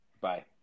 Bye